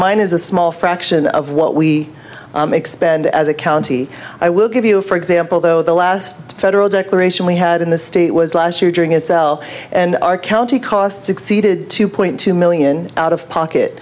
mine is a small fraction of what we expend as a county i will give you for example though the last federal declaration we had in the state was last year during a cell and our county costs exceeded two point two million out of pocket